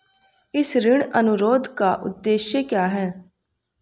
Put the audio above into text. इस ऋण अनुरोध का उद्देश्य क्या है?